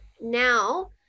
now